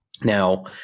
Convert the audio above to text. now